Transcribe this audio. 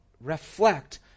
reflect